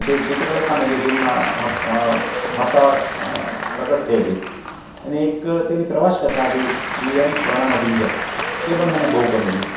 જે ચિત્રલેખા મેગેઝિનમાં હફતાવાર પ્રગટ થયેલી અને એક તેની પ્રવાસ કથા હતી સ્વીડન સોનાનું પિંજર તે પણ મને બહુ ગમેલી